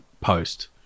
post